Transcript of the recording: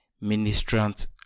ministrant